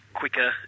quicker